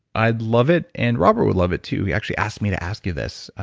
i'd love it, and robert would love it too, he actually asked me to ask you this.